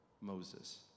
Moses